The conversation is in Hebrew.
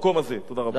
תודה רבה לך.